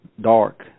dark